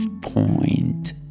point